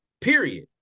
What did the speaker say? Period